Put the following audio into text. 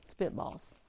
spitballs